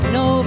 no